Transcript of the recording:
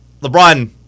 LeBron